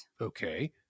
Okay